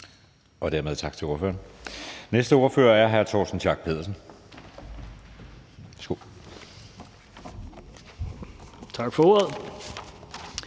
Dermed tak til ordføreren. Den næste ordfører er hr. Torsten Schack Pedersen. Værsgo. Kl.